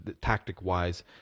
tactic-wise